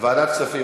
ועדת כספים.